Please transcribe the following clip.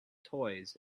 toys